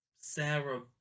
Sarah